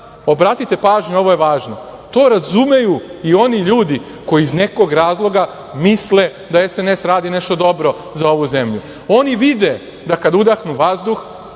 obratite pažnju, ovo je važno, to razumeju i oni ljudi koji iz nekog razloga misle da SNS radi nešto dobro za ovu zemlju. Oni vide da kada udahnu vazduh